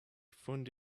found